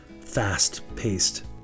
fast-paced